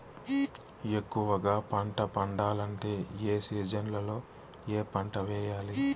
ఎక్కువగా పంట పండాలంటే ఏ సీజన్లలో ఏ పంట వేయాలి